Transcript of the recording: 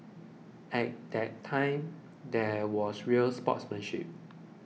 at that time there was real sportsmanship